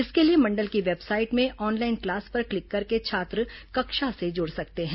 इसके लिए मंडल की वेबसाइट में ऑनलाइन क्लास पर क्लिक करके छात्र कक्षा से जुड़ सकते हैं